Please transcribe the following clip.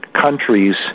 countries